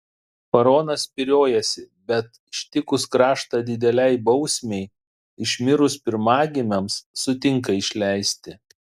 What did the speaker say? faraonas spyriojasi bet ištikus kraštą didelei bausmei išmirus pirmagimiams sutinka išleisti